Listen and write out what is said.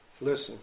Listen